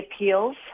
appeals